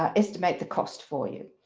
ah estimate the cost for you.